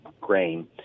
grain